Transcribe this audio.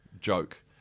joke